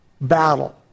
battle